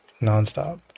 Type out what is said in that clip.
nonstop